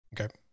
Okay